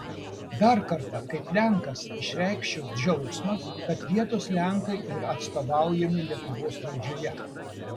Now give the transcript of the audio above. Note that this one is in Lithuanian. dar kartą kaip lenkas išreikšiu džiaugsmą kad vietos lenkai yra atstovaujami lietuvos valdžioje